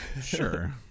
Sure